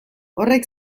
horrek